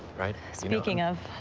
right? speaking of.